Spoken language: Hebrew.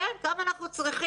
כן, כמה אנחנו צריכים.